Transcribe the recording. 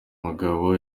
mugabo